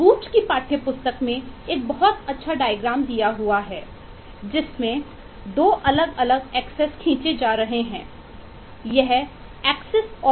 बूच खींचे जा रहे हैं